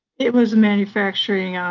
it was manufacturing.